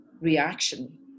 reaction